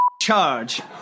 charge